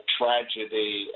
tragedy